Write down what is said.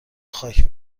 خاک